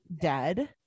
dead